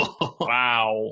Wow